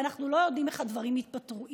ואנחנו לא יודעים איך הדברים יתפתחו.